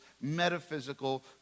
metaphysical